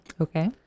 Okay